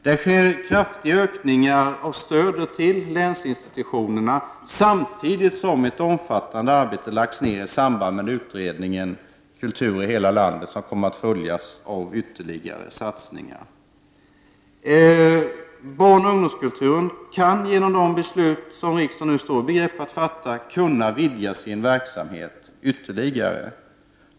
Det sker kraftiga ökningar av stödet till länsinstitutionerna, samtidigt som ett omfattande arbete lagts ned i samband med utredningen Kultur i hela landet, som kommer att följas av ytterligare satsningar. Barnoch ungdomskulturen kommer, genom de beslut som riksdagen nu står i begrepp att fatta, att kunna vidga sin verksamhet.